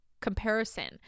comparison